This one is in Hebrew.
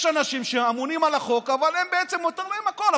יש אנשים שאמונים על החוק אבל בעצם מותר להם הכול,